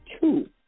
two